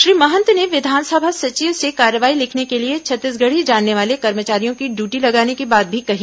श्री महंत ने विधानसभा सचिव से कार्रवाई लिखने के लिए छत्तीसगढ़ी जानने वाले कर्मचारियों की ड्यूटी लगाने की बात भी कही